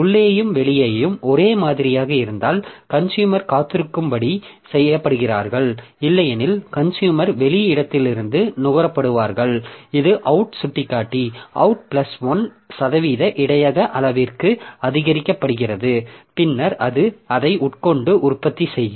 உள்ளேயும் வெளியேயும் ஒரே மாதிரியாக இருந்தால் கன்சுயூமர் காத்திருக்கும்படி செய்யப்படுகிறார்கள் இல்லையெனில் கன்சுயூமர் வெளி இடத்திலிருந்து நுகரப்படுவார்கள் இது அவுட் சுட்டிக்காட்டி அவுட் பிளஸ் 1 சதவீத இடையக அளவிற்கு அதிகரிக்கப்படுகிறது பின்னர் அது அதை உட்கொண்டு உற்பத்தி செய்யும்